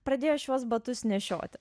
pradėjo šiuos batus nešioti